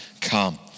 come